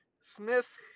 Smith